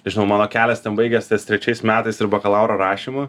žinau mano kelias ten baigias ties trečiais metais ir bakalauro rašymu